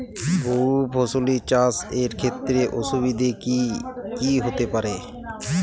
বহু ফসলী চাষ এর ক্ষেত্রে অসুবিধে কী কী হতে পারে?